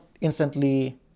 instantly